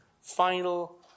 final